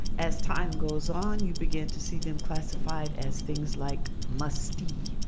as time goes on you begin to see them classified as things like, mustees.